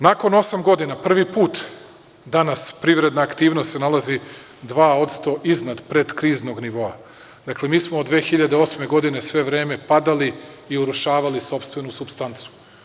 Nakon osam godina prvi put danas privredna aktivnost se nalazi 2% iznad predkriznog nivoa, dakle, mi smo od 2008. godine sve vreme padali i urušavali sopstvenu supstancu.